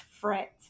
fret